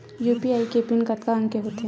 UPI के PIN कतका अंक के होथे?